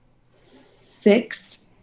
six